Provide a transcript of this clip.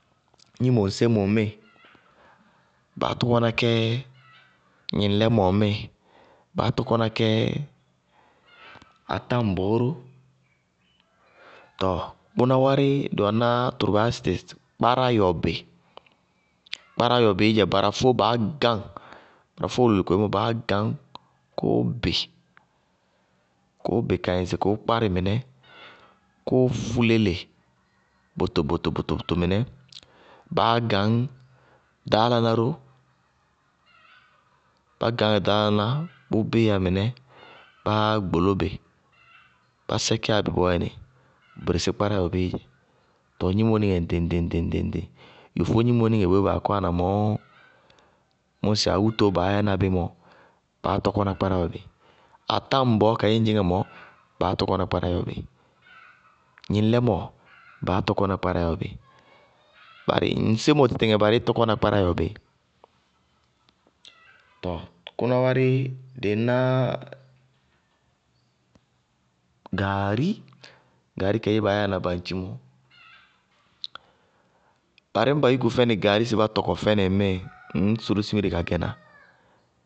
Gnimo ŋsémo ŋmíɩ, baá tɔkɔna kɛ gnɩŋlɛmɔɔ míɩ, baá tɔkɔna kɛ atáŋbɔɔ ró. Tɔɔ bʋná wárɩ, dɩ wɛná tʋrʋ ró baá yá tɩ sɩ kpáráyɔbɩ, kpáráyɔbɩí dzɛ barafóó baá gáŋ, barafó wʋlɩ-wʋlɩ koémɔ báá gañ kí kʋʋ bɩ, kʋʋbɩ ka yɛ ŋsɩ kʋʋ kpárɩ mɩnɛ kʋʋ fʋ léle bʋtʋbʋtʋbʋtʋ mɩnɛ, báá gañ ɖaáláná ró, bá gañŋá ɖaálaná, bʋ bíyá mɩnɛ, báá gboló bɩ, bá sɛkíyá bí bɔɔyɛnɩ, bʋ bɩrɩssí kpáráyɔbɩí dzɛ. Tɔɔ gnimo nɩŋɛ ŋɖɩŋ-ŋɖɩŋ, yofó gnimonɩŋɛ boé baa kɔwana mɔɔ, bʋmʋ ŋsɩ awútoó baá yɛna bí mɔ, baá tɔkɔna kpáráyɔbɩ, atáŋbɔɔ kayé ñ dzɩñŋá mɔɔ, baá tɔkɔna kpáráyɔbɩ, gnɩŋlɩmɔ, baá tɔkɔna kpáráyɔbɩ, gnɩŋlɩmɔ, baá tɔkɔna kpáráyɔbɩ, ŋsémo tɩtɩŋɛ barɩí tɔkɔna kpáráyɔbɩ. tɔɔ kʋná wárɩ, dɩí ná, gaari, gaari kayémɔ baa yáana bañtchi mɔɔ, barɩ ñŋ ba yúku fɛnɩí gaari sɩ bá tɔkɔ fɛnɩ ŋmíɩ, ŋñ sʋlʋ simire ka gɛná.